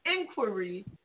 inquiry